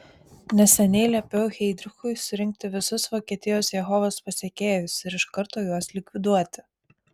neseniai liepiau heidrichui surinkti visus vokietijos jehovos pasekėjus ir iš karto juos likviduoti